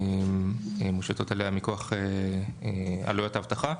שמושתות עליה מכוח עלויות האבטחה.